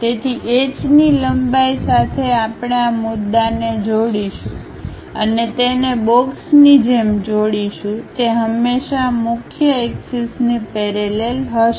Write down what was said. તેથી Hની લંબાઈ સાથે આપણે આ મુદ્દાને જોડીશું અને તેને બોક્સની જેમ જોડીશું તે હંમેશા મુખ્ય એક્સિસ ની પેરેલલ હશે